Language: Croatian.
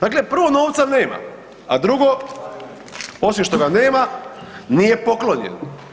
Dakle, prvo novca nema, a drugo osim što ga nema nije poklonjen.